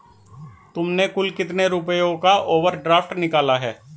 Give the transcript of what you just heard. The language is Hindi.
तुमने कुल कितने रुपयों का ओवर ड्राफ्ट निकाला है?